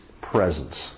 presence